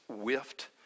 whiffed